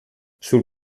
sul